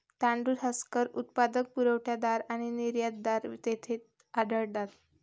तांदूळ हस्कर उत्पादक, पुरवठादार आणि निर्यातदार येथे आढळतात